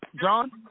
John